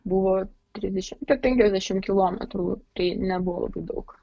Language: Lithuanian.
buvo trisdešimt penkiasdešimt kilometrų tai nebuvo labai daug